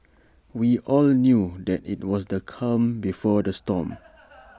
we all knew that IT was the calm before the storm